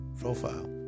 profile